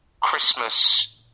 Christmas